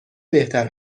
بهتر